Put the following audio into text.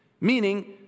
Meaning